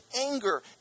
anger